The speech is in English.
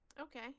Okay